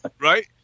right